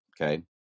okay